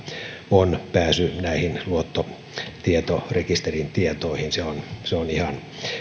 on pääsy näihin luottotietorekisterin tietoihin se on se on ihan